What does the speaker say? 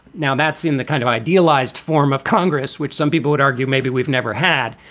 now, that's been the kind of idealized form of congress which some people would argue maybe we've never had.